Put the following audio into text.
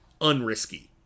unrisky